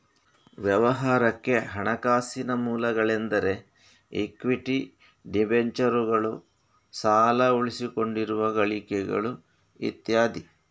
ವ್ಯವಹಾರಕ್ಕೆ ಹಣಕಾಸಿನ ಮೂಲಗಳೆಂದರೆ ಇಕ್ವಿಟಿ, ಡಿಬೆಂಚರುಗಳು, ಸಾಲ, ಉಳಿಸಿಕೊಂಡಿರುವ ಗಳಿಕೆಗಳು ಇತ್ಯಾದಿ